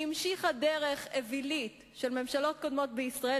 שהמשיכה דרך אווילית של ממשלות קודמות בישראל,